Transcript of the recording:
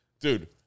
Dude